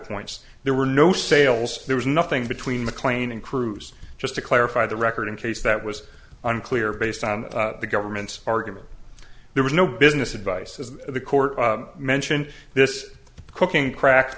points there were no sales there was nothing between mclean and cruz just to clarify the record in case that was unclear based on the government's argument there was no business advice as the court mentioned this cooking crack